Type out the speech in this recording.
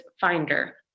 finder